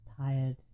Tired